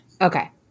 Okay